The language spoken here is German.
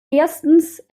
erstens